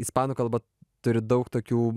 ispanų kalba turi daug tokių